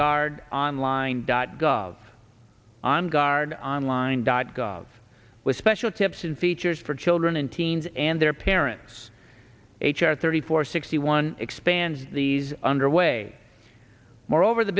guard online dot gov on guard online dot gov with special tips and features for children and teens and their parents h r thirty four sixty one expands these underway more over the